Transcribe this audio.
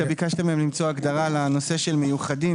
אתה ביקשת מהם למצוא הגדרה לנושא של מיוחדים,